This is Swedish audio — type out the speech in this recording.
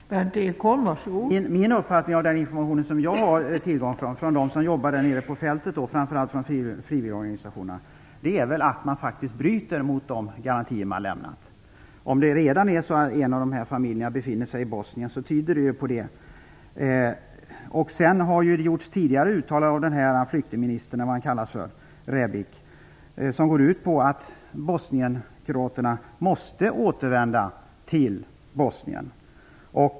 Fru talman! Enligt min uppfattning, och den bygger på den information som jag har tillgång till och som getts av dem som jobbar på fältet där nere - framför allt gäller det frivilligorganisationer - bryter man faktiskt mot de garantier som man lämnat. Om en av de här familjerna redan befinner sig i Bosnien tyder det på detta. Vidare har Adalbert Rebic - flyktingminister, tror jag - gjort uttalanden som går ut på att bosnienkroaterna måste återvända till Bosnien.